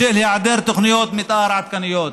בשל היעדר תוכניות מתאר עדכניות.